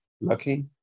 Lucky